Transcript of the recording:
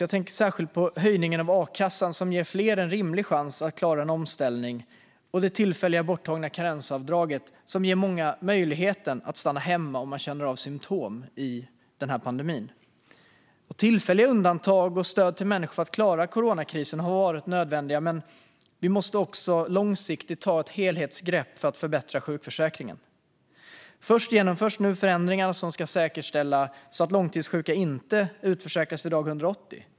Jag tänker särskilt på höjningen av ersättningen i akassan som ger fler en rimlig chans att klara av en omställning och det tillfälligt borttagna karensavdraget som ger många möjligheten att stanna hemma om de känner symtom i pandemin. Tillfälliga undantag och stöd till människor för att klara coronakrisen har varit nödvändiga. Men vi måste också långsiktigt ta ett helhetsgrepp för att förbättra sjukförsäkringen. Först genomförs nu förändringar som ska säkerställa att långtidssjuka inte utförsäkras vid dag 180.